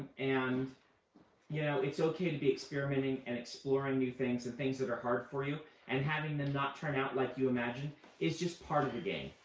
and you know it's okay to and be experimenting and exploring new things and things that are hard for you and having them not turn out like you imagined is just part of the game.